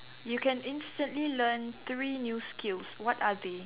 you can instantly learn three new skills what are they